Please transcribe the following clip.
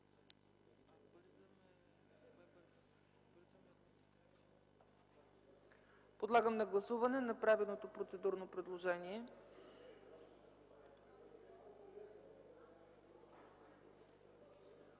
Подлагам на гласуване направеното процедурно предложение.